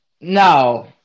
No